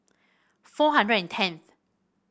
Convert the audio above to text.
four hundred and tenth